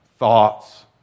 thoughts